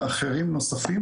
ואחרים נוספים,